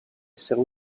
essere